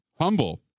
Humble